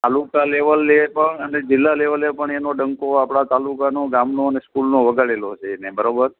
તાલુકા લેવલે પણ અને જિલ્લા લેવલે પણ એનો ડંકો આપણાં તાલુકાનો ગામનો અને સ્કૂલનો વગાડેલો છે એણે બરોબર